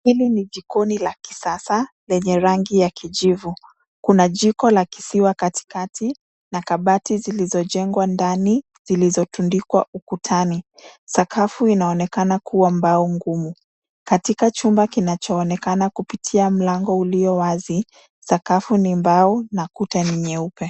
Hii ni jikoni la kisasa lenye rangi ya kijivu. Kuna jiko la kisiwa katikati, na kabati zilizojengwa ndani zilizotundikwa ukutani. Sakafu inaonekana kuwa mbao ngumu. Katika chumba kinachoonekana kupitia mlango ulio wazi, sakafu ni mbao na kuta nyeupe.